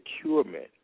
procurement